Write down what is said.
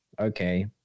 okay